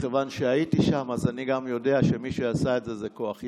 מכיוון שהייתי שם אני גם יודע שמי שעשה את זה זה כוח ימ"מ.